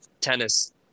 Tennis